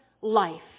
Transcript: life